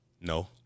No